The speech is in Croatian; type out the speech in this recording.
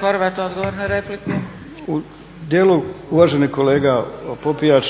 **Horvat, Mile (SDSS)** U dijelu, uvaženi kolega Popijač,